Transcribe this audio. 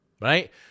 Right